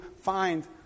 find